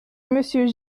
monsieur